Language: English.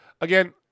Again